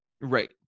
Right